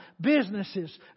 businesses